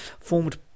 formed